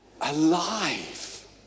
Alive